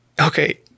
Okay